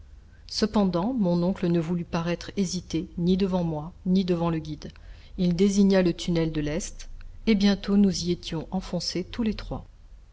cependant mon oncle ne voulut paraître hésiter ni devant moi ni devant le guide il désigna le tunnel de l'est et bientôt nous y étions enfoncés tous les trois